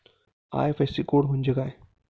IFSC code म्हणजे काय?